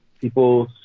people